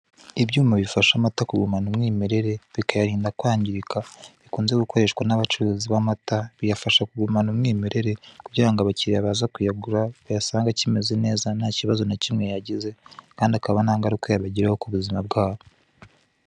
Ibyuma bifasha amata kugumana umwimerere, bikayarinda kwangirika, bikunze gukoresha n'abacuruzi b'amata, biyafasha kugumana umwimerere, kugira ngo abakiriya baza kuyagura, bayasange akimeze neza nta kibazo yagize, kandi akaba nta ngaruka yabigiraho ku buzima bwabo.